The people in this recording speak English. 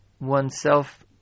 oneself